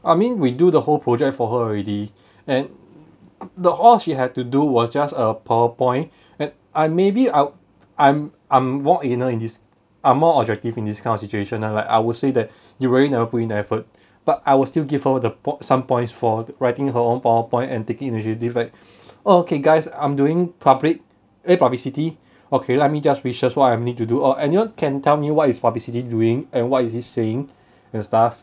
I mean we do the whole project for her already and the all she had to do was just a powerpoint and I maybe I I'm I'm more anal in these are more objective in this kind of situation lah like I would say that you really never put in the effort but I will still give her the po~ some points for writing her own powerpoint and taking the initiative like oh okay guys I'm doing public a publicity okay let me just research what I need to do or anyone can tell me what is publicity doing and why is this thing and stuff